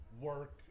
work